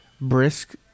brisk